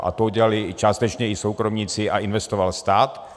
A to udělali částečně i soukromníci a investoval stát.